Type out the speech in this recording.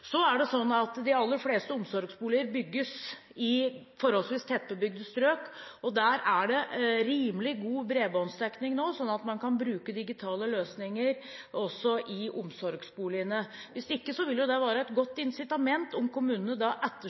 så veldig lenge siden, sånn at vi kan legge til rette for at det er teknologiske løsninger i de enkelte omsorgsboligene som bygges i tiden framover. De aller fleste omsorgsboliger bygges i forholdsvis tettbebygde strøk. Der er det nå rimelig god bredbåndsdekning, sånn at man kan bruke digitale løsninger også i omsorgsboligene. Hvis ikke ville det